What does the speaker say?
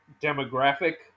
demographic